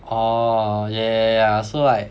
orh yeah yeah yeah yeah so right